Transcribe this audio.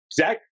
Zach